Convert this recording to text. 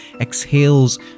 exhales